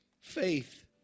Faith